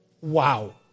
Wow